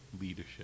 leadership